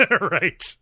Right